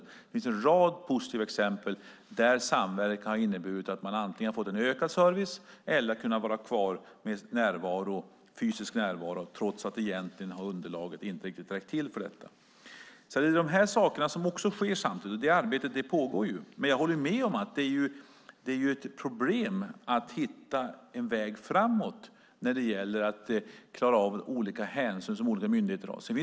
Det finns alltså en rad positiva exempel på att samverkan inneburit att man antingen fått ökad service eller kunnat ha kvar en fysisk närvaro trots att underlaget egentligen inte riktigt räckt till för det. Dessa saker sker samtidigt; det arbetet pågår. Jag håller med om att det är ett problem att hitta en väg framåt när det gäller att klara av de hänsyn som olika myndigheter har att ta.